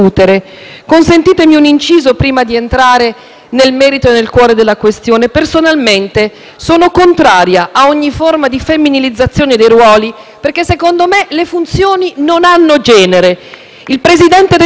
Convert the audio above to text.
prima di entrare nel merito: personalmente sono contraria a ogni forma di «femminilizzazione» dei ruoli perché secondo me le funzioni non hanno genere. Il Presidente del Senato rimane il Presidente (uomo o donna che sia)